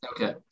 Okay